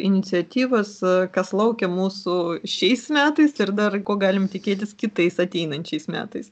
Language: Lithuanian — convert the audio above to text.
iniciatyvas kas laukia mūsų šiais metais ir dar ko galim tikėtis kitais ateinančiais metais